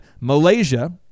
malaysia